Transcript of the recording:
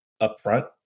upfront